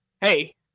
hey